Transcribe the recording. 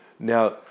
Now